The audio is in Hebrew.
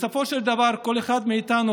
בסופו של דבר כל אחד מאיתנו,